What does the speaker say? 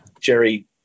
Jerry